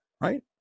right